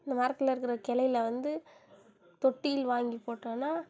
அந்த மரத்தில் இருக்கிற கிளையில் வந்து தொட்டில் வாங்கிப் போட்டோனால்